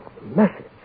Message